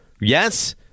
Yes